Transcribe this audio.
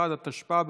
21), התשפ"ב